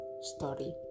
story